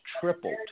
tripled